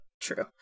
true